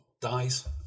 dies